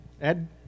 Ed